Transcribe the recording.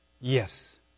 Yes